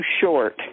short